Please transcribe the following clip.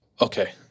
okay